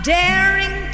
daring